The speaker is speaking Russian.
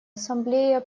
ассамблея